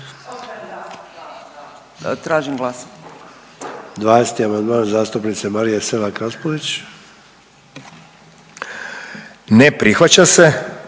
se prihvaćanjem